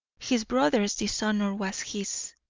his brother's dishonour was his.